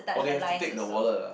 oh they have to take the wallet ah